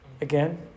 Again